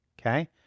okay